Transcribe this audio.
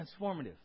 transformative